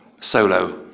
solo